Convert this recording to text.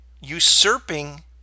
usurping